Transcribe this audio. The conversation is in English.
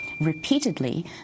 Repeatedly